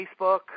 Facebook